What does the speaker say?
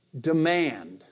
demand